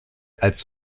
als